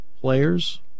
players